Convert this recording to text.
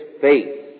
faith